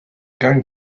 going